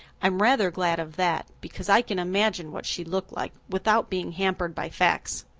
i'm rather glad of that, because i can imagine what she looked like, without being hampered by facts.